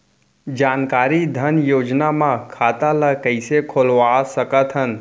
जानकारी धन योजना म खाता ल कइसे खोलवा सकथन?